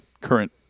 current